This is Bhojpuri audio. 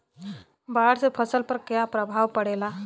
बाढ़ से फसल पर क्या प्रभाव पड़ेला?